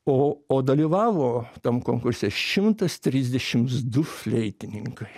o o dalyvavo tam konkurse šimtas trisdešimt du fleitininkai